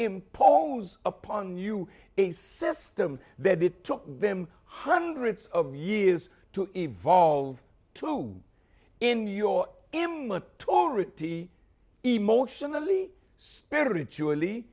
impose upon you a system that it took them hundreds of years to evolve to in your emlyn already emotionally spiritually